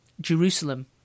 Jerusalem